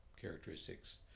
characteristics